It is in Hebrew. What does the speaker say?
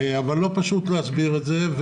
אבל לא פשוט להסביר את זה.